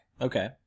Okay